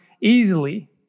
easily